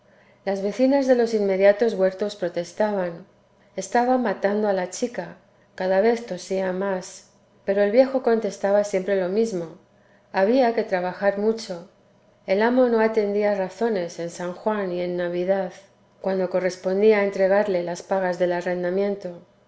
las vecinas de los inmediatos huertos protestaban estaba matando a la chica cada vez tosía más pero el viejo contestaba siempre lo mismo había que trabajar mucho el amo no atendía razones en san juan y en navidad cuando correspondía entregarle las pagas del arrendamiento